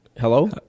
Hello